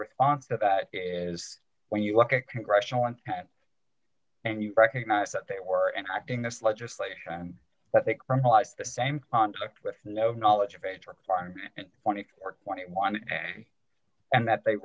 response to that is when you look at congressional and and you recognize that they were interacting this legislation i think from life the same conflict with no knowledge of age or twenty or twenty one and that they